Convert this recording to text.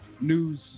news